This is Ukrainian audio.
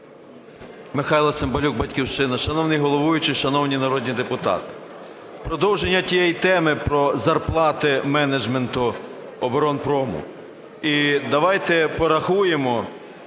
Михайло Цимбалюк, "Батьківщина". Шановний головуючий, шановні народні депутати, у продовження тієї теми про зарплати менеджменту оборонпрому. І давайте порахуємо,